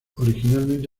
originalmente